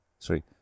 Sorry